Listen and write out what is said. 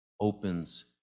opens